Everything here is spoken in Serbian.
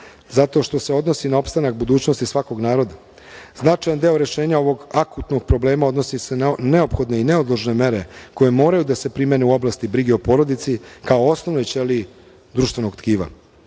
zato što se odnosi na opstanak budućnosti svakog naroda. Značajan deo rešenja ovog akutnog problema odnosi se na neophodne i neodložne mere koje moraju da se primene u oblasti brige o porodici, kao osnovnoj ćeliji društvenog